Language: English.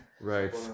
Right